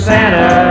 Santa